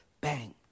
Bang